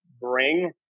bring